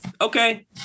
Okay